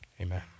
Amen